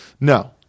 No